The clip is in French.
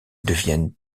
deviennent